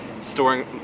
storing